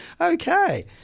okay